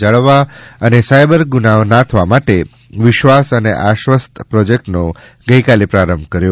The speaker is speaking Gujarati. જાળવવા અને સાયબર ગુનાઓ નાથવા માટે વિશ્વાસ અને આશ્વસ્ત પ્રોજેક્ટનો ગઇકાલે આરંભ કર્યો